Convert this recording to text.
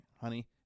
honey